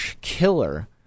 killer